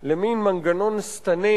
למין מנגנון שטני,